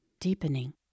deepening